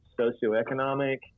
socioeconomic